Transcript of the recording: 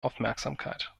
aufmerksamkeit